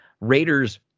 Raiders